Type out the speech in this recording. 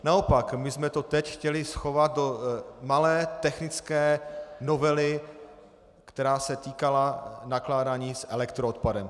Naopak, my jsme to teď chtěli schovat do malé technické novely, která se týkala nakládání s elektroodpadem.